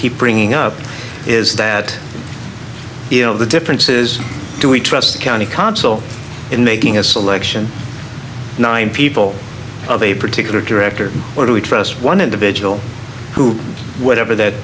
keep bringing up is that you know the difference is do we trust county council in making a selection nine people of a particular director or do we trust one individual who whatever that